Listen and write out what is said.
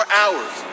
hours